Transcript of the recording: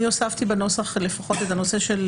אני הוספתי בנוסח לפחות את הנושא של